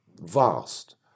vast